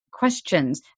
questions